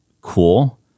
cool